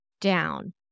Down